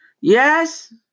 Yes